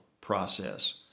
process